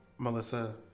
Melissa